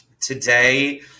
Today